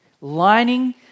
lining